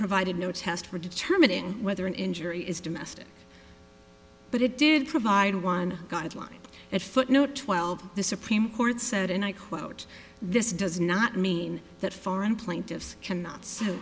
provided no test for determining whether an injury is domestic but it did provide one god line that footnote twelve the supreme court said and i quote this does not mean that foreign plaintiffs cannot s